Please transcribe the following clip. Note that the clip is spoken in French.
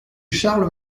charles